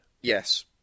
Yes